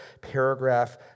paragraph